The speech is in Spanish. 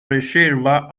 reserva